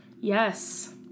Yes